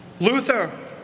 Luther